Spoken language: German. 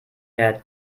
der